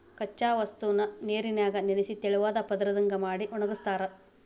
ಕಚ್ಚಾ ವಸ್ತುನ ನೇರಿನ್ಯಾಗ ನೆನಿಸಿ ತೆಳುವಾದ ಪದರದಂಗ ಮಾಡಿ ಒಣಗಸ್ತಾರ